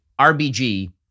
RBG